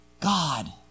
God